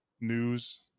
news